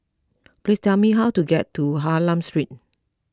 please tell me how to get to Hylam Street